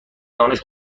دانش